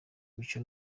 imico